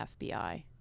fbi